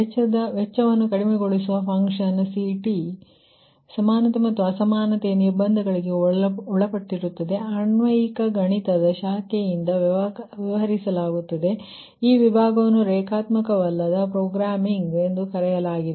ವೆಚ್ಚದ ವನ್ನು ಕಡಿಮೆಗೊಳಿಸುವ ಫನ್ಕ್ಷನ್ CT ಸಮಾನತೆ ಮತ್ತು ಅಸಮಾನತೆಯ ನಿರ್ಬಂಧಗಳಿಗೆ ಒಳಪಟ್ಟಿರುತ್ತದೆ ಅನ್ವಯಿಕಗಣಿತದ ಶಾಖೆಯಿಂದ ವ್ಯವಹಾರಿ ಸಲಾಗುತ್ತದೆ ಈ ವಿಭಾಗವನ್ನು ರೇಖಾತ್ಮಕವಲ್ಲದ ಪ್ರೋಗ್ರಾಮಿಂಗ್ ಎಂದು ಕರೆಯಲಾಗುತ್ತದೆ